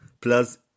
plus